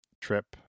trip